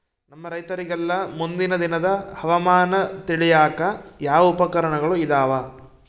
ನಮ್ಮ ರೈತರಿಗೆಲ್ಲಾ ಮುಂದಿನ ದಿನದ ಹವಾಮಾನ ತಿಳಿಯಾಕ ಯಾವ ಉಪಕರಣಗಳು ಇದಾವ?